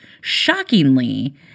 shockingly